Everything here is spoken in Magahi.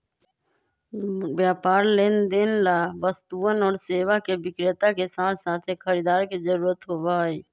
व्यापार लेनदेन ला वस्तुअन और सेवा के विक्रेता के साथसाथ एक खरीदार के जरूरत होबा हई